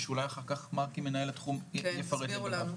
ושאולי אחר כך מנהל התחום יפרט על כך.